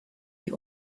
die